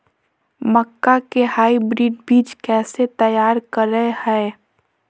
मक्का के हाइब्रिड बीज कैसे तैयार करय हैय?